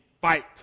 fight